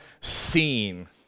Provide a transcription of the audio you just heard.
seen